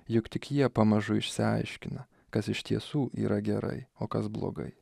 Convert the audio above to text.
juk tik jie pamažu išsiaiškina kas iš tiesų yra gerai o kas blogai